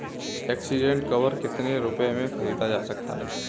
Accident cover कितने रुपए में खरीदा जा सकता है?